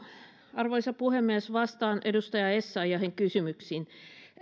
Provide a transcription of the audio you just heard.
arvoisa puhemies vastaan edustaja essayahin kysymyksiin